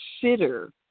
consider